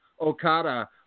Okada